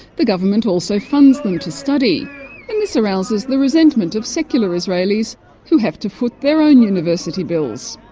the government also funds them to study. and this arouses the resentment of secular israelis who have to foot their own university bills.